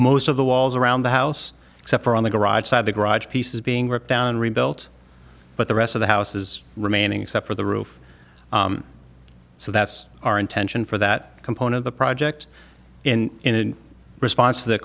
most of the walls around the house except for on the garage side the garage piece is being ripped down rebuilt but the rest of the house is remaining except for the roof so that's our intention for that component the project and in response to th